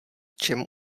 čem